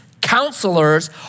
counselors